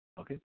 Okay